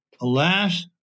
Alas